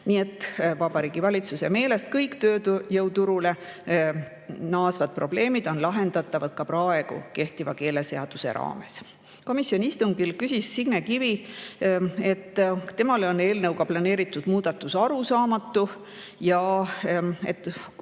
Nii et Vabariigi Valitsuse meelest on kõik tööjõuturuga [kaasnevad] probleemid lahendatavad ka kehtiva keeleseaduse raames. Komisjoni istungil küsis Signe Kivi, et temale on eelnõuga planeeritud muudatus arusaamatu ja et